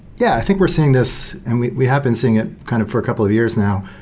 yeah, i think we're seeing this, and we we have been seeing it kind of for a couple of years now.